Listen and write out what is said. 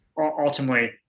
ultimately